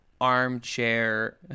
armchair